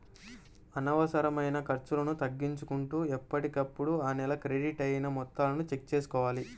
అనవసరమైన ఖర్చులను తగ్గించుకుంటూ ఎప్పటికప్పుడు ఆ నెల క్రెడిట్ అయిన మొత్తాలను చెక్ చేసుకోవాలి